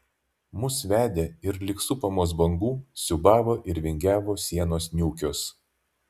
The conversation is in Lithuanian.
mus vedė ir lyg supamos bangų siūbavo ir vingiavo sienos niūkios